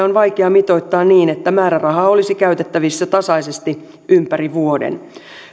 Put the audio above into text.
on vaikea mitoittaa niin että määrärahaa olisi käytettävissä tasaisesti ympäri vuoden